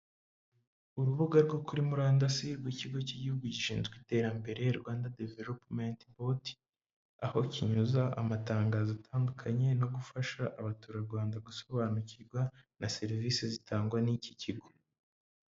Urubuga rwo kuri murandasi rw'ikigo cy'igihugu gishinzwe iterambere Rwanda developumenti bodi, aho kinyuza amatangazo atandukanye no gufasha abaturarwanda gusobanukirwa na serivisi zitangwa n'iki kigo.